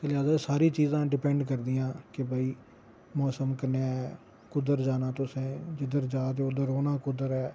ते अलायदा सारी चीजां डिपैंड करदियां केह् भाई मौसम कनेहा ऐ कुद्धर जाना तुसें जिद्धर जा दे ओ उद्धर रौह्ना कुत्थै ऐ